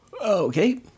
Okay